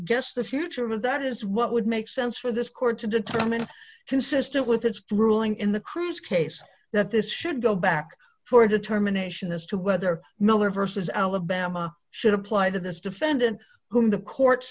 guess the future of that is what would make sense for this court to determine consistent with its ruling in the crew's case that this should go back for a determination as to whether miller versus alabama should apply to this defendant who in the court